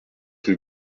rue